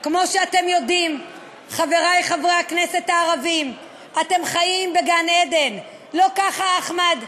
זכרו איך משה אמר לבני עמו: הו עמי,